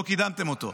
לא קידמתם אותו.